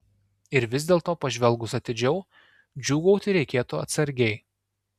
ir vis dėlto pažvelgus atidžiau džiūgauti reikėtų atsargiai